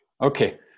Okay